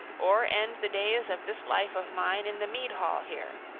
or end the days of this life of mine in the mead-hall here.